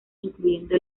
incluyendo